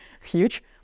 huge